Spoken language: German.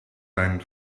deinen